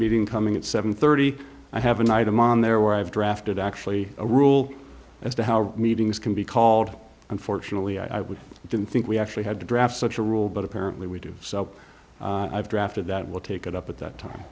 meeting coming at seven thirty i have an item on there where i've drafted actually a rule as to how meetings can be called unfortunately i would didn't think we actually had to draft such a rule but apparently we do so i've drafted that will take it up at that time